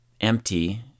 Empty